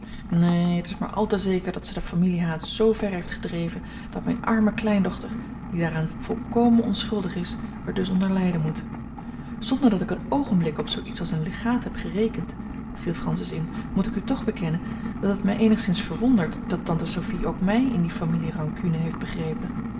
neen het is maar al te zeker dat zij de familiehaat zoo ver heeft gedreven dat mijne arme kleindochter die daaraan volkomen onschuldig is er dus onder lijden moet zonder dat ik een oogenblik op zoo iets als een legaat heb gerekend viel francis in moet ik u toch bekennen dat het mij eenigszins verwondert dat tante sophie ook mij in die familie rancune heeft begrepen